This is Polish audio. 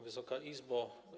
Wysoka Izbo!